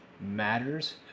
matters